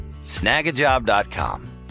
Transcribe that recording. Snagajob.com